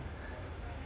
or even lesser than that